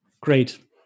great